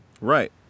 Right